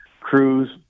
crews